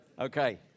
Okay